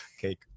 cake